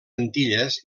antilles